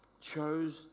chose